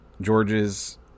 George's